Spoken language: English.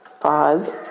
Pause